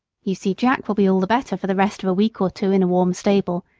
you see jack will be all the better for the rest of a week or two in a warm stable,